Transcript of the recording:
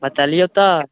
बतेलियौ तऽ